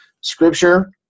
Scripture